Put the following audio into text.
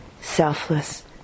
selfless